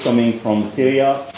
coming from syria,